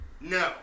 no